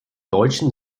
deutschen